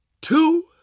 two